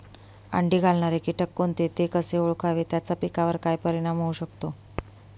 अंडी घालणारे किटक कोणते, ते कसे ओळखावे त्याचा पिकावर काय परिणाम होऊ शकतो?